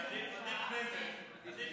לוועדה שתקבע ועדת הכנסת נתקבלה.